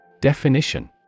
Definition